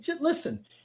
listen